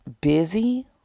busy